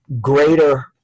greater